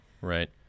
right